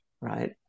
right